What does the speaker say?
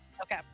Okay